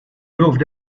moved